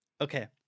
Okay